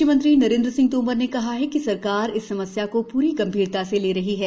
कृषि मंत्री नरेन्द्र सिंह तोमर ने कहा कि सरकार इस समस्या को पूरी गंभीरता से ले रही है